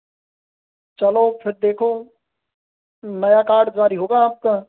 चलो फिर देखो नया कार्ड जारी होगा आपका